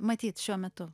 matyt šiuo metu